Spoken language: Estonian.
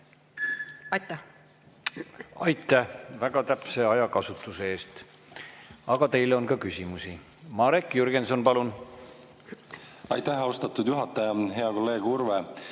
palun! Aitäh väga täpse ajakasutuse eest! Aga teile on ka küsimusi. Marek Jürgenson, palun! Aitäh, austatud juhataja! Hea kolleeg Urve!